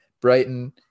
brighton